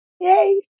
Yay